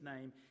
name